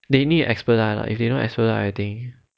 they need expert lah if they no expert I think